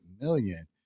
million